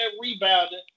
rebounding